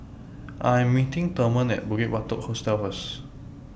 I Am meeting Thurman At Bukit Batok Hostel First